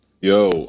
yo